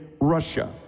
Russia